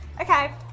Okay